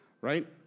right